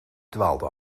dwaalde